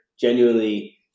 genuinely